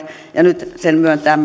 ja nyt sen